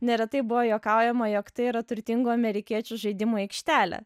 neretai buvo juokaujama jog tai yra turtingų amerikiečių žaidimų aikštelė